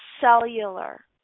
cellular